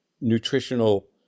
nutritional